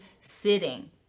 sitting